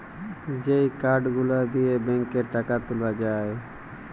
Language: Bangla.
যেই কার্ড গুলা দিয়ে ব্যাংকে টাকা তুলে যায়